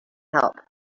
help